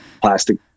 plastic